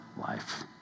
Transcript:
life